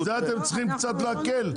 זה אתם צריכים קצת להקל.